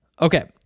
Okay